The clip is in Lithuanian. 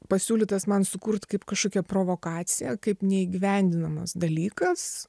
pasiūlytas man sukurt kaip kažkokia provokacija kaip neįgyvendinamas dalykas